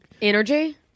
Energy